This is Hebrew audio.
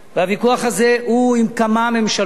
הוויכוח הזה הוא עם כמה ממשלות